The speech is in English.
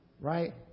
right